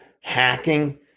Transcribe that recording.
hacking